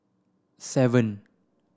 seven